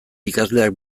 ikasleak